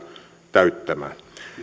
täyttämään